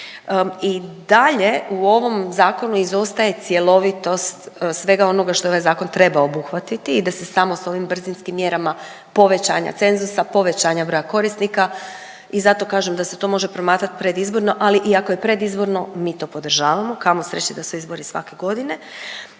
I dalje u ovom zakonu izostaje cjelovitost svega onoga što ovaj zakon treba obuhvatiti i da se samo s ovim brzinskim mjerama povećanja cenzusa, povećanja broja korisnika i zato kažem da se to može promatrati predizborno, ali i ako je predizborno mi to podržavamo, kamo sreće da su izbori svake godine,